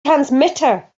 transmitter